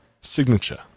Signature